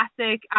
classic